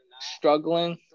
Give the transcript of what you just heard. struggling